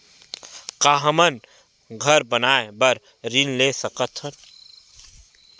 का हमन घर बनाए बार ऋण ले सकत हन?